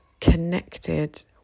connected